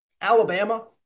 Alabama